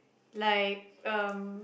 like um